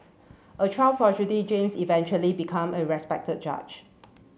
a child James eventually become a respected judge